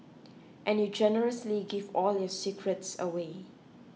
and you generously give all your secrets away